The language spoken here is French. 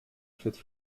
fête